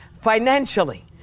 financially